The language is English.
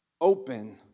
open